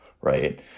right